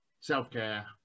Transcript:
self-care